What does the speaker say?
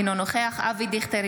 אינו נוכח אבי דיכטר,